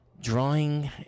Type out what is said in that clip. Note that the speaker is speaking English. drawing